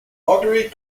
marguerite